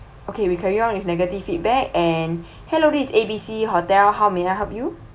okay we carry on with negative feedback and hello this is A B C hotel how may I help you